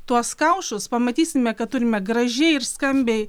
tuos kaušus pamatysime kad turime gražiai ir skambiai